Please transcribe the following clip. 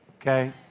okay